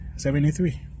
Seventy-three